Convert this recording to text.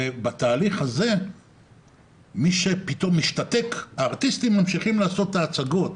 בתהליך הזה מי שפתאום משתתק הארטיסטים ממשיכים לעשות הצגות,